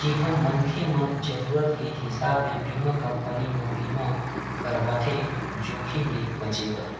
जिहां मनखे मन जरुरत के हिसाब ले बीमा कंपनी म बीमा करवाथे जोखिम ले बचें बर